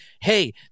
hey